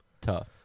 Tough